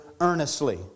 earnestly